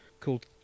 Called